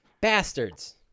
Bastards